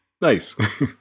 nice